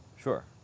Sure